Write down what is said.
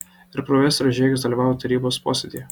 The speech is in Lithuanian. ir profesorius žiegis dalyvavo tarybos posėdyje